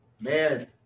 Man